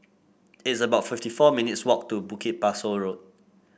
it's about fifty four minutes walk to Bukit Pasoh Road